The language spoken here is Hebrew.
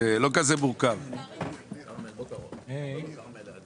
כלומר, תחום הדיור עדיין אינו מיוצב ועדיין